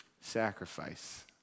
sacrifice